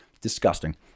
Disgusting